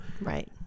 Right